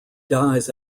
dies